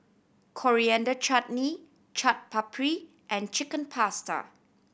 Coriander Chutney Chaat Papri and Chicken Pasta